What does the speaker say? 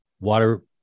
water